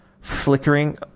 flickering